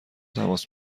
تماس